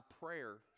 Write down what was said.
prayer